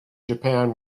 japan